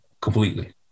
completely